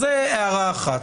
זו הערה אחת.